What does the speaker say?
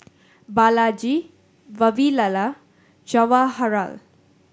Balaji Vavilala and Jawaharlal